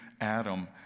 Adam